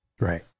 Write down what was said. right